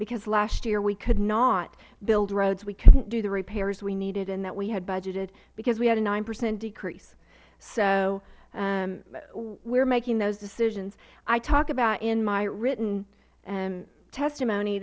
because last year we could not build roads we couldnt do the repairs we needed and that we had budgeted because we had a nine percent decrease so we are making those decisions i talk about in my written testimony